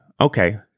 okay